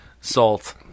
salt